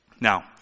Now